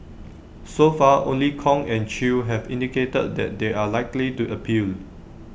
so far only Kong and chew have indicated that they are likely to appeal